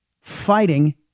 fighting